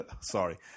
Sorry